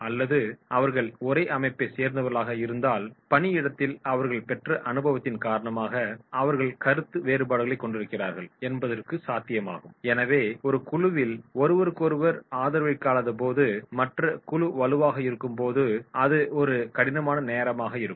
அல்லது அவர்கள் ஒரே அமைப்பைச் சேர்ந்தவர்களாக இருந்தால் பணியிடத்தில் அவர்கள் பெற்ற அனுபவத்தின் காரணமாக அவர்கள் கருத்து வேறுபாடுகளைக் கொண்டிருக்கிறார்கள் என்பதற்கு சாத்தியமாகும் எனவே ஒரு குழுவில் ஒருவருக்கொருவர் ஆதரவளிக்காதபோது மற்ற குழு வலுவாக இருக்கும்போது அது ஒரு கடினமான நேரமாக இருக்கும்